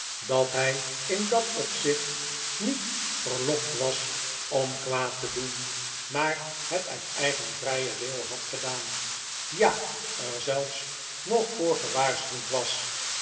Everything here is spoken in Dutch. dat hij in dat opzicht niet verlokt was om kwaad te doen maar het uit eigen vrijen wil had gedaan ja er zelfs nog voor gewaarschuwd was